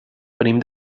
venim